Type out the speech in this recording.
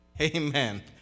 Amen